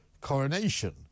coronation